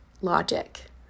logic